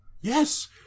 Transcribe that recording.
Yes